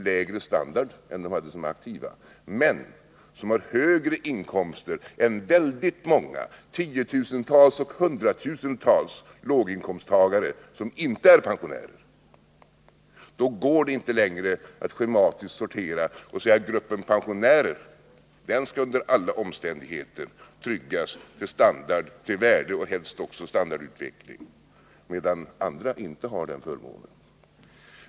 — lägre standard än de hade som aktiva men som har högre inkomster än tiotusentals och hundratusentals låginkomsttagare, som inte är pensionärer. Under sådana förhållanden går det inte längre att schematiskt säga att pensionsvärdena och helst också standardutvecklingen för gruppen pensionärer under alla omständigheter skall tryggas medan andra inte har den förmånen.